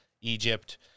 Egypt